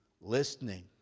listening